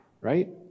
right